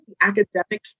academic